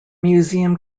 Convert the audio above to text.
museum